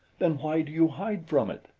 then why do you hide from it?